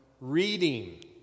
reading